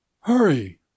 Hurry